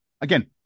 Again